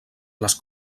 les